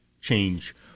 change